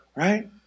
Right